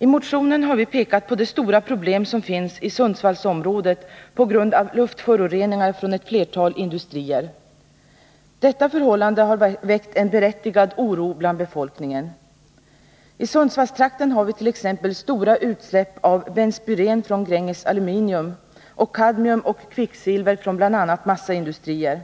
I motionen har vi pekat på de stora problem som finns i Sundsvallsområdet på grund av luftföroreningar från ett flertal industrier. Detta förhållande har väckt en berättigad oro bland befolkningen. I Sundsvallstrakten har vi t.ex. stora utsläpp av benspyren från Gränges Aluminium och kadmium och kvicksilver från bl.a. massaindustrier.